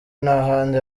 n’ahandi